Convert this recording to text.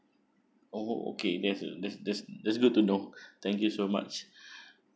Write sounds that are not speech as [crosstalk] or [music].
oh oh okay that's uh that's that's good to know [breath] thank you so much [breath]